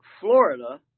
Florida